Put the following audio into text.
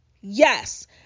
Yes